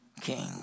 king